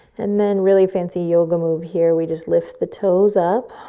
and then, really fancy yoga move here, we just lift the toes up.